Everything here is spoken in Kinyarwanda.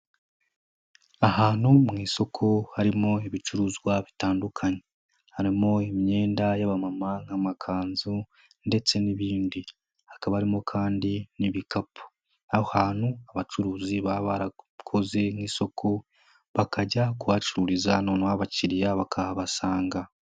Ahantu mu isoko harimo ibicuruzwa bitandukanye. Harimo imyenda y'abamama nkamakanzu ndetse n'ibindi. Hakaba harimo kandi n'ibikapu. Aho hantu abacuruzi baba barakoze nk'isoko, bakajya kuhacururiza noneho abakiriya bakahabasanga.